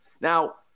Now